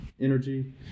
energy